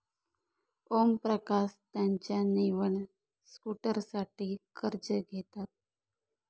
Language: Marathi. ओमप्रकाश त्याच्या नवीन स्कूटरसाठी कर्ज घेतात